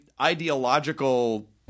ideological